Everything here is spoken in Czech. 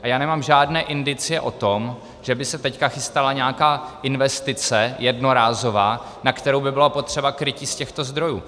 A já nemám žádné indicie o tom, že by se teď chystala nějaká investice jednorázová, na kterou by bylo potřeba krytí z těchto zdrojů.